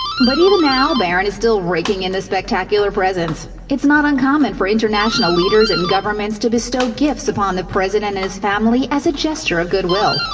but, even now, barron is still raking in the spectacular presents. it's not uncommon for international leaders and governments to bestow gifts upon the president and his family as a gesture of good will.